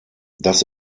das